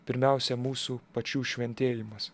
pirmiausia mūsų pačių šventėjimas